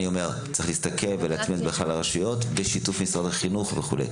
צריך להסתכל ולהטמיע זאת בכלל הרשויות בשיתוף משרד החינוך וכו'.